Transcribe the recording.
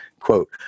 Quote